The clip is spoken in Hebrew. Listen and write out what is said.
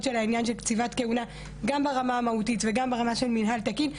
של העניין של קציבת כהונה גם ברמה המהותית וגם ברמה של מינהל תקין.